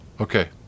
Okay